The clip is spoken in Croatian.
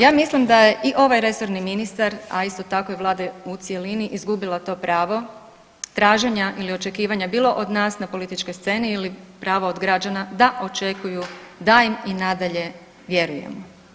Ja mislim da je i ovaj resorni ministar, a isto tako i vlada u cjelini izgubila to pravo traženja ili očekivanja bilo od nas na političkoj sceni ili pravo od građana da očekuju da im i nadalje vjerujemo.